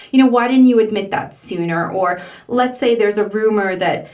you know, why didn't you admit that sooner? or let's say there's a rumor that,